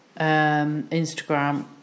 Instagram